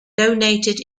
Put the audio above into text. donated